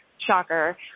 shocker